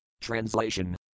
Translation